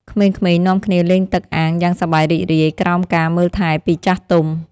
ក្មេងៗនាំគ្នាលេងទឹកអាងយ៉ាងសប្បាយរីករាយក្រោមការមើលថែពីចាស់ទុំ។